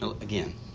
again